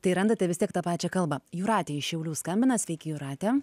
tai randate vis tiek tą pačią kalbą jūratė iš šiaulių skambina sveiki jūratė